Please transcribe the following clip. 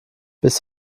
bis